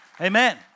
Amen